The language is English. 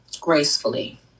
gracefully